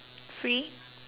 free